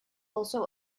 also